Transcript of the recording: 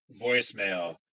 voicemail